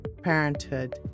parenthood